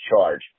charge